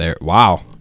Wow